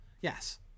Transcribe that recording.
Yes